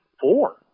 four